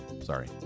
sorry